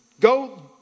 go